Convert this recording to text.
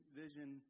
vision